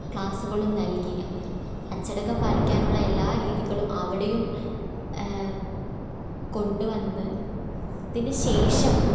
ക്ലാസ്സുകളും നൽകി അച്ചടക്കം പാലിക്കാനുള്ള എല്ലാ രീതികളും അവിടെയും കൊണ്ട് വന്ന് പിന്നെ ശേഷം